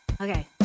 Okay